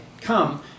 Come